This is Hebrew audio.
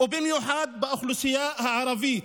במיוחד באוכלוסייה הערבית,